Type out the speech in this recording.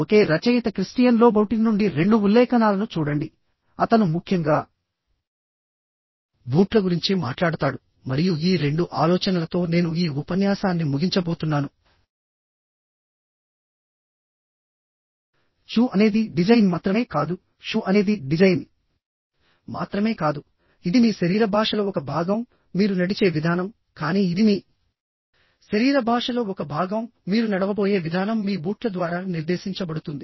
ఒకే రచయిత Christian Louboutin నుండి రెండు ఉల్లేఖనాలను చూడండి అతను ముఖ్యంగా బూట్ల గురించి మాట్లాడతాడు మరియు ఈ రెండు ఆలోచనలతో నేను ఈ ఉపన్యాసాన్ని ముగించబోతున్నాను షూ అనేది డిజైన్ మాత్రమే కాదు షూ అనేది డిజైన్ మాత్రమే కాదు ఇది మీ శరీర భాషలో ఒక భాగం మీరు నడిచే విధానం కానీ ఇది మీ శరీర భాషలో ఒక భాగంమీరు నడవబోయే విధానం మీ బూట్ల ద్వారా నిర్దేశించబడుతుంది